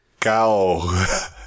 cow